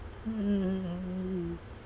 mm